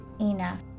enough